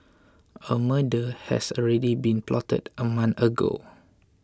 a murder has already been plotted a month ago